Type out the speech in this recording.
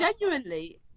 genuinely